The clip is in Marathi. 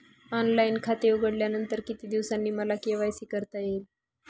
ऑनलाईन खाते उघडल्यानंतर किती दिवसांनी मला के.वाय.सी करता येईल?